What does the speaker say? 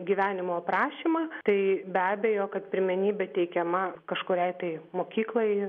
gyvenimo aprašymą tai be abejo kad pirmenybė teikiama kažkuriai tai mokyklai